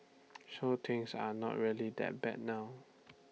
so things are not really that bad now